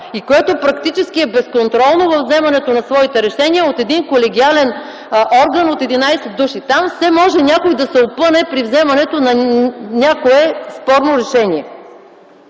и което практически е безконтролно във вземането на своите решения, отколкото един колегиален орган от 11 души. Там може все някой да се опъне при вземането на някое спорно решение.